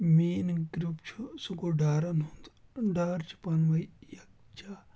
main group چھُ سُہ گوٚو ڈارَن ہُنٛد ڈار چھِ پانہٕ ؤنۍ یَکجاہ